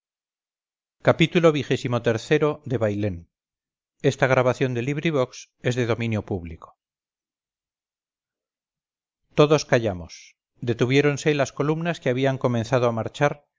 xxvi xxvii xxviii xxix xxx xxxi xxxii bailén de benito pérez galdós todos callamos detuviéronse las columnas que habían comenzado a marchar